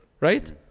right